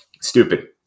Stupid